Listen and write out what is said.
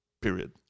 period